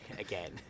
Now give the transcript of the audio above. again